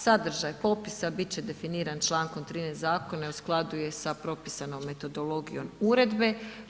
Sadržaj popisa bit će definiran čl. 13 zakona i u skladu je s propisanom metodologijom uredbe.